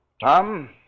Tom